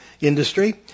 industry